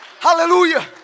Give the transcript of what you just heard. Hallelujah